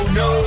no